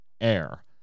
Air